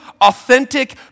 authentic